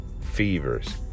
fevers